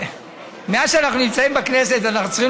מאז שאנחנו נמצאים בכנסת ואנחנו צריכים